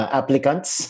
applicants